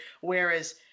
Whereas